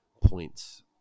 points